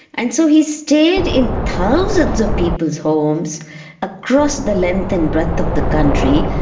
and so he stayed in thousands of people's homes across the length and breadth of the country,